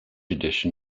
edition